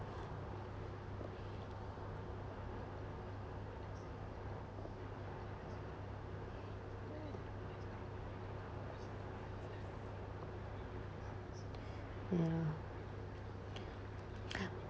ya